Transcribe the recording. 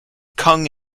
kung